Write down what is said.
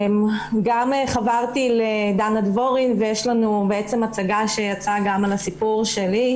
חברתי לדנה דבורין ויש לנו הצגה שיצאה על הסיפור שלי,